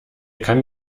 kann